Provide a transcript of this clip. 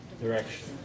direction